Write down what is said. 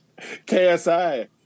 KSI